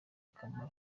akamaro